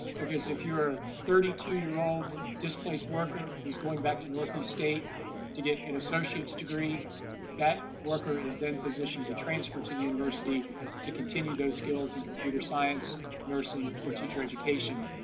because if you're thirty two year old displaced worker who's going back to northeast state to get an associate's degree that worker is then positioned to transfer to the university to continue those skills in computer science nursing or teacher education.